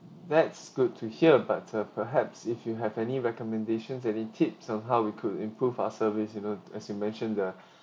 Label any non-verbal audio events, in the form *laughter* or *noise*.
that's good to hear but uh perhaps if you have any recommendations any tips on how we could improve our service you know as you mentioned the *breath*